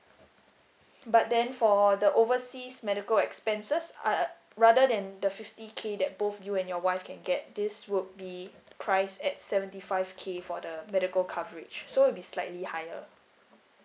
but then for the overseas medical expenses I rather than the fifty K that both you and your wife can get this would be price at seventy five K for the medical coverage so it'll be slightly higher